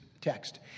text